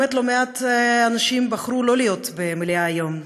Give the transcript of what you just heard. באמת לא מעט אנשים בחרו שלא להיות במליאה היום,